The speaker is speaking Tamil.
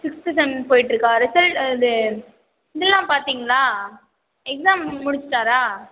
சிக்ஸ்த்து செம் போயிட்டுருக்கா சரி இதெலாம் பார்த்திங்களா எக்ஸாம் முடிச்சிட்டாரா